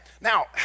Now